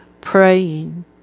Praying